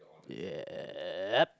ya yep